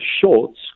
shorts